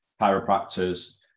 chiropractors